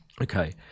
Okay